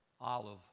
olive